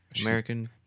American